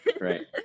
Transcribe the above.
Right